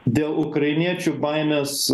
dėl ukrainiečių baimės